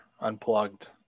unplugged